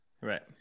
Right